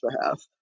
behalf